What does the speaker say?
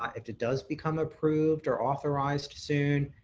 ah if it does become approved or authorized soon.